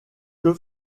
que